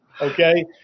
Okay